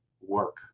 work